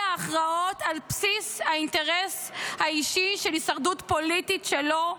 הכרעות על בסיס האינטרס האישי של הישרדות פוליטית שלו,